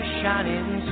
shining